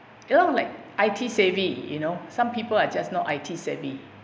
you know like I_T savvy you know some people are just not I_T savvy